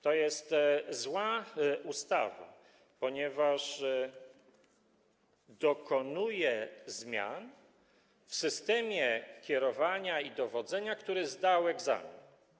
To jest zła ustawa, ponieważ dokonuje zmian w systemie kierowania i dowodzenia, który zdał egzamin.